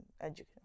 education